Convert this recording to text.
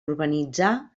urbanitzar